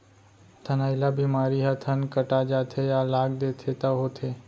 थनैला बेमारी ह थन कटा जाथे या लाग देथे तौ होथे